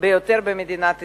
ביותר במדינת ישראל,